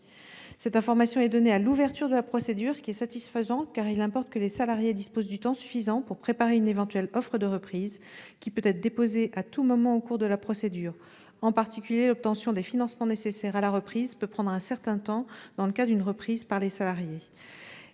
cette information soit donnée à l'ouverture de la procédure, car il importe que les salariés disposent du temps suffisant pour préparer une éventuelle offre de reprise, qui peut être déposée à tout moment au cours de la procédure. En particulier, l'obtention des financements nécessaires à la reprise peut prendre un certain temps dans le cas d'une reprise par les salariés.